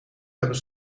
hebben